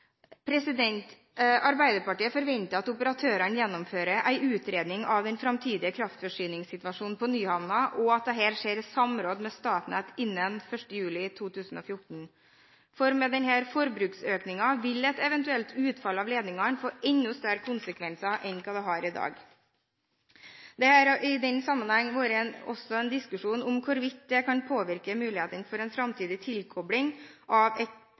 Arbeiderpartiet forventer at operatørene gjennomfører en utredning av den framtidige kraftforsyningssituasjonen på Nyhamna, og at dette skjer i samråd med Statnett innen 1. juli 2014. For med denne forbruksøkningen vil et eventuelt utfall av ledningene få enda større konsekvenser enn det ville ha i dag. Det har i den sammenheng også vært en diskusjon om det kan påvirke mulighetene for en framtidig tilkobling av et